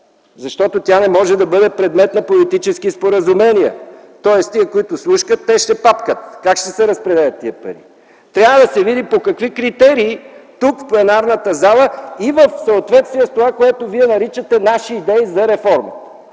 защото тя не може да бъде предмет на политически споразумения – тоест тези, които слушкат, те ще папкат. Как ще се разпределят тези пари? Трябва да се види по какви критерии ще стане това, но тук, в пленарната зала, в съответствие с това, което Вие наричате „наши идеи за реформа”.